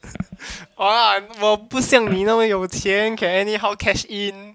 !walao! 我不像你那么有钱 can anyhow cash in